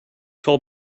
told